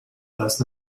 last